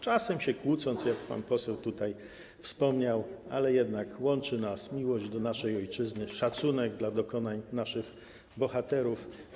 Czasem się kłócą, jak pan poseł tutaj wspomniał, ale jednak łączy nas miłość do naszej ojczyzny, szacunek dla dokonań naszych bohaterów.